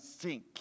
sink